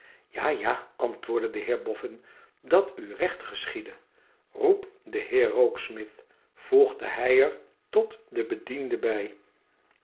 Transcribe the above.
ja ja antwoordde de heer boffin datu recht geschiede roep den heer rokesmith voegde hij er tot den bediende bij